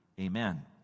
Amen